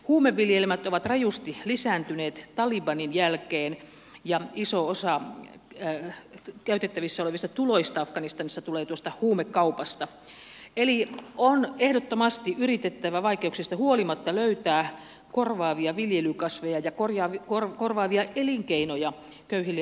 huumeviljelmät ovat rajusti lisääntyneet talibanin jälkeen ja iso osa käytettävissä olevista tuloista afganistanissa tulee tuosta huumekaupasta eli on ehdottomasti yritettävä vaikeuksista huolimatta löytää korvaavia viljelykasveja ja korvaavia elinkeinoja köyhille afgaaneille